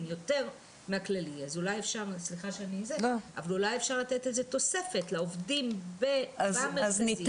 יותר מהכללי אז אולי אפשר לתת איזו תוספת לעובדים במרכזים?